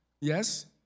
Yes